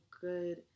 good